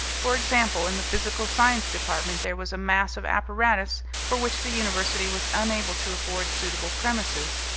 for example, in the physical science department there was a mass of apparatus for which the university was unable to afford suitable premises,